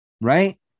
right